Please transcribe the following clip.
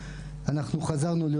אנחנו חזרנו להיות